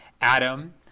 Adam